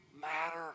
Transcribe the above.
matter